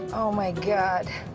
oh my god.